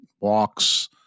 walks